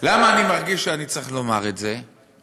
למה אני מרגיש שאני צריך לומר את זה?